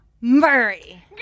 Murray